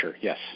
yes